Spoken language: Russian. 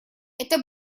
это